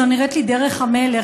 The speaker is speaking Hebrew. זו נראית לי דרך המלך.